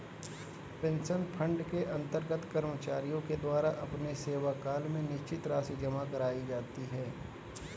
pension fund के अंतर्गत कर्मचारियों के द्वारा अपने सेवाकाल में निश्चित राशि जमा कराई जाती है